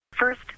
First